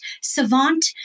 savant